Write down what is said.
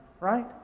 Right